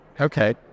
Okay